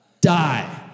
Die